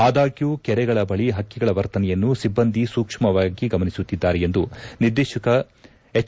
ಆದಾಗ್ಯೂ ಕೆರೆಗಳ ಬಳಿ ಹಕ್ಕಿಗಳ ವರ್ತನೆಯನ್ನು ಸಿಬ್ಬಂದಿ ಸೂಕ್ಷ್ಮವಾಗಿ ಗಮನಿಸುತ್ತಿದ್ದಾರೆ ಎಂದು ನಿರ್ದೇಶಕ ಎಚ್